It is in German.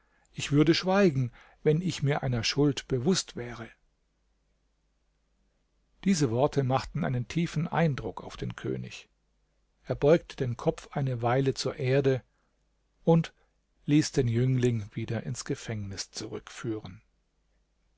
ich würde schweigen wenn ich mir einer schuld bewußt wäre diese worte machten einen tiefen eindruck auf den könig er beugte den kopf eine weile zur erde und ließ den jüngling wieder ins gefängnis zurückführen